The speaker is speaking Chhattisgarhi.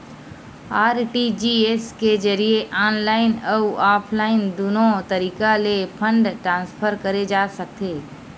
आर.टी.जी.एस के जरिए ऑनलाईन अउ ऑफलाइन दुनो तरीका ले फंड ट्रांसफर करे जा सकथे